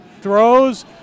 throws